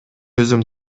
өзүм